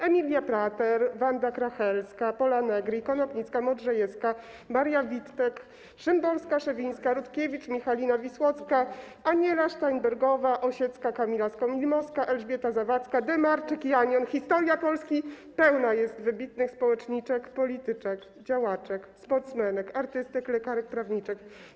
Emilia Plater, Wanda Krahelska, Pola Negri, Konopnicka, Modrzejewska, Maria Witte, Szymborska, Szewińska, Rutkiewicz, Michalina Wisłocka, Aniela Steinsbergowa, Osiecka, Kamila Skolimowska, Elżbieta Zawacka, Demarczyk, Janion - historia Polski pełna jest wybitnych społeczniczek, polityczek, działaczek, sportsmenek, artystek, lekarek, prawniczek.